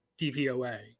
DVOA